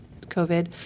COVID